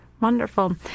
Wonderful